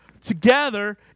together